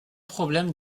problème